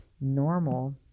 normal